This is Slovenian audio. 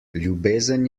ljubezen